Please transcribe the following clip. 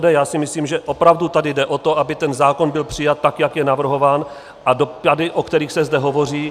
Já si myslím, že opravdu tady jde o to, aby ten zákon byl přijat tak, jak je navrhován, a dopady, o kterých se zde hovoří